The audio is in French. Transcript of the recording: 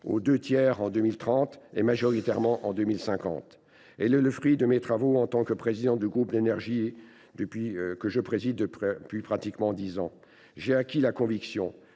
aux deux tiers en 2030 et majoritaire en 2050. Elle est le fruit de mes travaux dans le cadre du groupe d’études Énergie, que je préside depuis près de dix ans. J’ai acquis la conviction